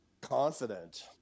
confident